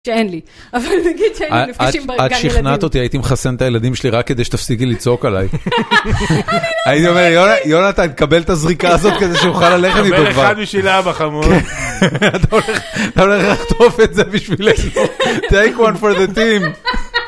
שאין לי, אבל נגיד שהיינו נפגשים בגן ילדים. את שכנעת אותי, הייתי מחסן את הילדים שלי רק כדי שתפסיקי לצעוק עליי. אני לא צועקת. הייתי אומר, יונתן, קבל את הזריקה הזאת כדי שאוכל ללכת איתו כבר. קבל אחד בשביל אבא חמוד. אתה הולך לחטוף את זה בשביל... Take one for the team.